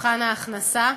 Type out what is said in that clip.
ממבחן ההכנסה)